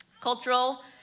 Cultural